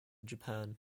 japan